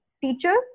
teachers